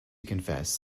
confess